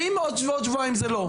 אם בעוד שבועיים זה לא,